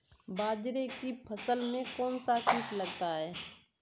बाजरे की फसल में कौन सा कीट लगता है?